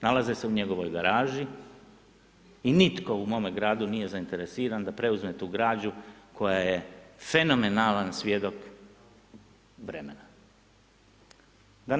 Nalaze se u njegovoj garaži i nitko u mome gradu nije zainteresiran da preuzme tu građu koja je fenomenalan svjedok vremena.